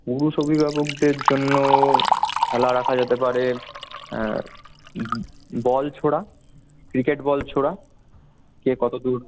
পুরুষ অভিভাবকদের জন্য খেলা রাখা যেতে পারে বল ছোড়া ক্রিকেট বল ছোড়া কে কতদূর